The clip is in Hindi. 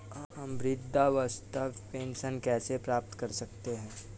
हम वृद्धावस्था पेंशन कैसे प्राप्त कर सकते हैं?